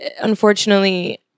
unfortunately